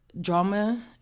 drama